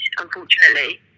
unfortunately